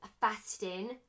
fasting